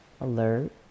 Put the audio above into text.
alert